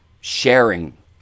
sharing